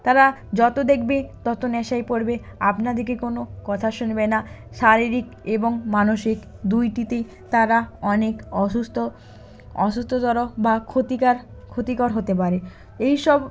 তারা যতো দেখবে তত নেশায় পড়বে আপনাদেরকে কোনো কথা শুনবে না শারীরিক এবং মানসিক দুইটিতেই তারা অনেক অসুস্থ অসুস্থতার বা ক্ষতিকার ক্ষতিকর হতে পারে এই সব